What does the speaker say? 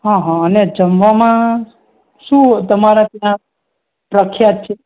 હં હં અને જમવામાં શું તમારા ત્યાં પ્રખ્યાત છે